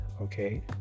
Okay